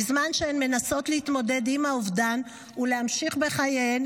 בזמן שהן מנסות להתמודד עם האובדן ולהמשיך בחייהן,